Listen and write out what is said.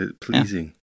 Pleasing